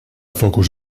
focus